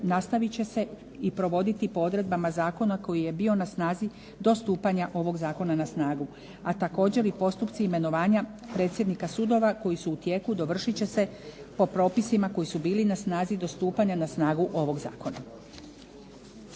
nastavit će se i provoditi provoditi zakona koji je bio na snazi do stupanja ovog zakona na snagu, a također i postupci imenovanja predsjednika sudova koji su u tijeku dovršit će se po propisima koji su bili na snazi do stupanja na snagu ovog zakona.